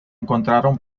encontraron